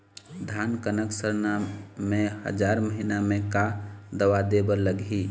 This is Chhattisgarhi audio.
धान कनक सरना मे हजार महीना मे का दवा दे बर लगही?